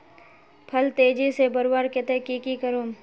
फल तेजी से बढ़वार केते की की करूम?